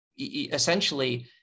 essentially